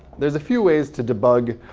there's a few ways to debug